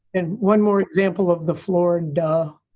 and one more example of the flawed. and